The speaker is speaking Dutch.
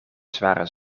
zware